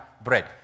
bread